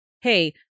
hey